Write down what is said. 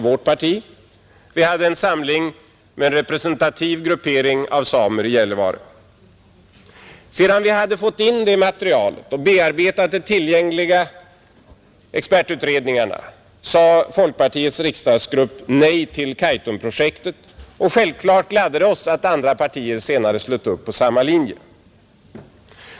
Vi hade en samling med en representativ grupp av samer i Gällivare. Sedan vi fått in material och bearbetat tillgängliga expertutredningar, sade folkpartiets riksdagsgrupp nej till Kaitumprojektet. Självfallet gladde det oss att andra partier senare slöt upp på samma linje.